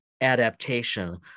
adaptation